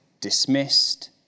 dismissed